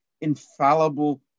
infallible